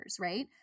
Right